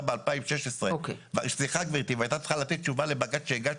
ב-2016 והייתה צריכה לתת תשובה לבג"ץ שהגשנו,